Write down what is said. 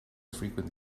frequent